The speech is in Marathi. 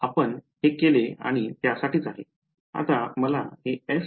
आम्ही हे केले आणि त्यासाठीच आहे